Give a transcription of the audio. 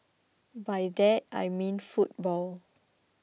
by that I mean football